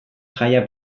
jaia